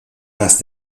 más